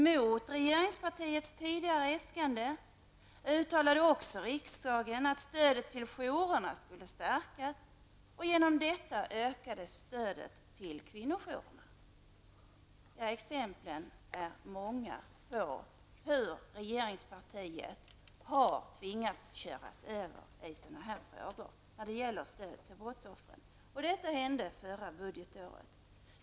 Mot regeringspartiets tidigare äskande uttalade riksdagen att stödet till jourerna skulle stärkas. Härigenom ökade stödet till kvinnojourerna. Det finns många exempel på att regeringspartiet har blivit överkört i frågor som gäller stöd till brottsoffer. Allt detta hände förra budgetåret.